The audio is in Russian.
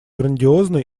грандиозны